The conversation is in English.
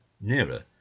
Nearer